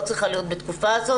ולא צריכה להיות בתקופה הזו.